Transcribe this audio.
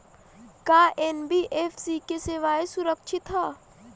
का एन.बी.एफ.सी की सेवायें सुरक्षित है?